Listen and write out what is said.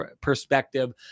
perspective